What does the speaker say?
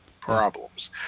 problems